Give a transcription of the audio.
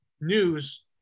news